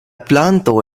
planto